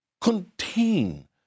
contain